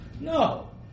No